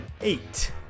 Eight